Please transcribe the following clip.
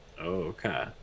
Okay